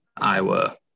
Iowa